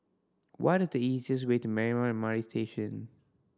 what is the easiest way to Marymount M R T Station